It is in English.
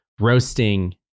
roasting